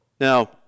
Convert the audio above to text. Now